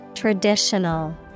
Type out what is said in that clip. Traditional